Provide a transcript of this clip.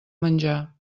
menjar